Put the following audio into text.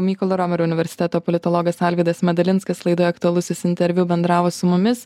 mykolo romerio universiteto politologas alvydas medalinskas laidoje aktualusis interviu bendravo su mumis